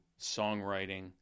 songwriting